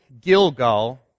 Gilgal